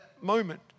moment